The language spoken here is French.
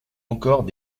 encore